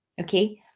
Okay